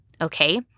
okay